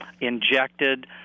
injected